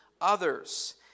others